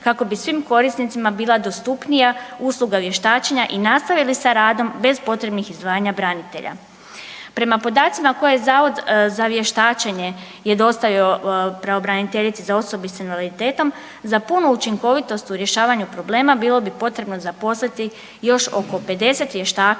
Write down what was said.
kako bi svim korisnicima bila dostupnija usluga vještačenja i nastavili sa radom bez potrebnih izdvajanja branitelja. Prema podacima koje je Zavod za vještačenje dostavio pravobranitelji za osobe s invaliditetom za punu učinkovitost u rješavanju problema bilo bi potrebno zaposliti još oko 50 vještaka